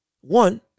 One